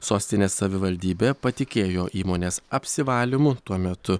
sostinės savivaldybė patikėjo įmonės apsivalymu tuo metu